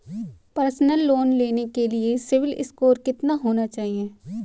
Personal loan लेने के लिए सिबिल स्कोर कितना होना चाहिए?